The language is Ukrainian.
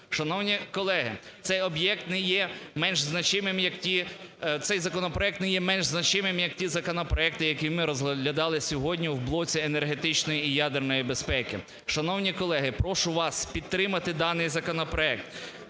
значимим як ті… цей законопроект не є менш значимим, як ті законопроекти, які ми розглядали сьогодні в блоці енергетичної і ядерної безпеки. Шановні колеги, прошу вас підтримати даний законопроект.